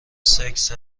سکس